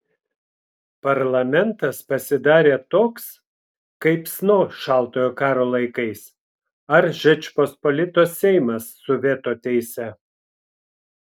parlamentas pasidarė toks kaip sno šaltojo karo laikais ar žečpospolitos seimas su veto teise